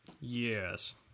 Yes